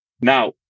Now